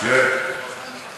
אין לנו ייצוג.